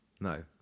No